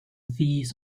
fees